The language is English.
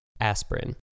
Aspirin